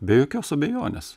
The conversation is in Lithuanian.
be jokios abejonės